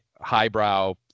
highbrow